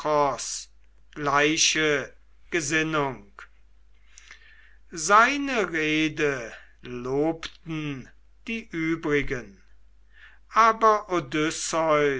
gleiche gesinnung seine rede lobten die übrigen aber